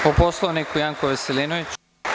Po Poslovniku Janko Veselinović.